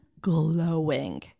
glowing